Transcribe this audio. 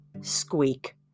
squeak